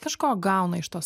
kažko gauna iš to